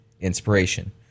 inspiration